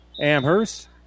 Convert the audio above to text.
Amherst